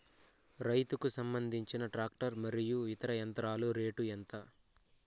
రైతుకు సంబంధించిన టాక్టర్ మరియు ఇతర యంత్రాల రేటు ఎంత?